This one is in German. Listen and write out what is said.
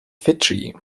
fidschi